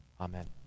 Amen